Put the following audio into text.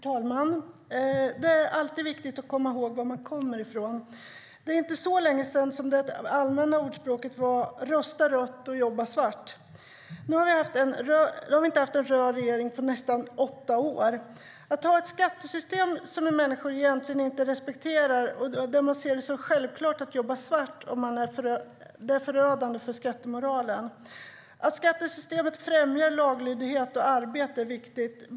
Herr talman! Det är alltid viktigt att komma ihåg var man kommer ifrån. Det är inte så länge sedan det allmänna ordspråket var: Rösta rött och jobba svart! Nu har vi inte haft en röd regering på nästan åtta år. Att ha ett skattesystem som människor egentligen inte respekterar och där man ser det som självklart att jobba svart är förödande för skattemoralen. Att skattesystemet främjar laglydighet och arbete är viktigt.